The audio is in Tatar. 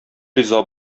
риза